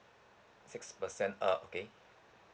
six percent uh okay